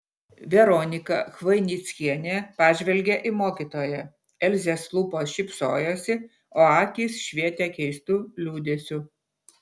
veronika chvainickienė pažvelgė į mokytoją elzės lūpos šypsojosi o akys švietė keistu liūdesiu